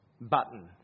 button